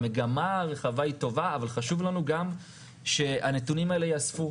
המגמה הרחבה היא טובה אבל חשוב לנו גם שהנתונים האלה יאספו,